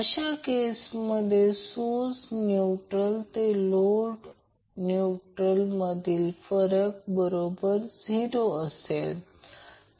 अशा केसमध्ये source neutral ते लोड न्यूट्रल मधील व्होल्टेज फरक बरोबर 0 असेल